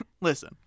listen